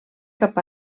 cap